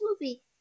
movie